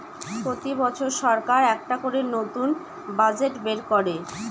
প্রতি বছর সরকার একটা করে নতুন বাজেট বের করে